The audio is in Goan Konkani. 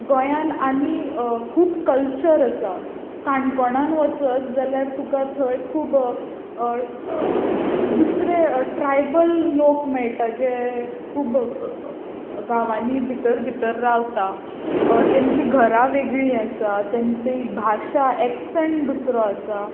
गोंयांत आनी खूब कल्चर आसा काणकोणांत वचत जाल्यार तुका थंय खूब दुसरे ट्रायबल लोक मेळटा जे खूब गांवांनी भितर भितर रावता तांचीं घरां वेगळीं आसा तांची भाशा एक्संट दुसरो आसा